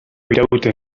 irauten